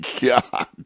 God